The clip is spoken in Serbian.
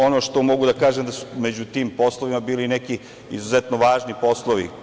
Ono što mogu da kažem je da su među tim poslovima bili neki izuzetno važni poslovi.